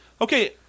Okay